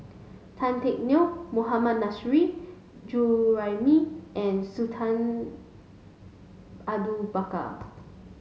Tan Teck Neo Mohammad Nurrasyid Juraimi and Sultan Abu Bakar